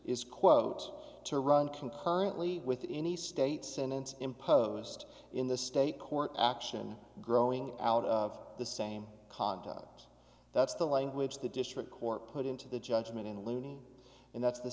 is quote to run concurrently with any state sentence imposed in the state court action growing out of the same conduct that's the language the district court put into the judgment in a loony and that's the